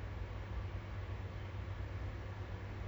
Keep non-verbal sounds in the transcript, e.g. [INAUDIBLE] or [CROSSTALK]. [BREATH] err but I feel like